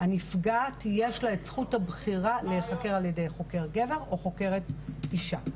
לנפגעת יש את זכות הבחירה להיחקר על ידי חוקר גבר או חוקרת אישה.